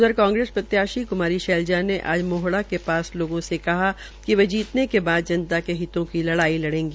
उधर कांग्रेसप्रत्याशी क्मारी शैलजा ने आज मोहड़ा के पास लोगों से कहा कि वे जीतन के बाद जनता के हितों की लड़ाई लड़ेगी